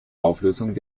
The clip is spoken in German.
auflösung